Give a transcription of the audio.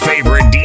Favorite